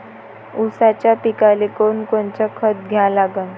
ऊसाच्या पिकाले कोनकोनचं खत द्या लागन?